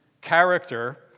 character